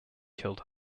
killed